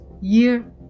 year